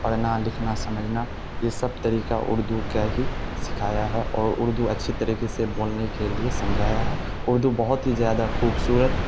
پڑھنا لکھنا سمجھنا یہ سب طریقہ اردو کا ہی سکھایا ہے اور اردو اچھی طریقے سے بولنے کے لیے سمجھایا ہے اردو بہت ہی زیادہ خوبصورت